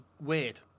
weird